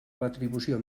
retribució